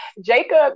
Jacob